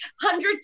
hundreds